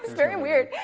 very weird.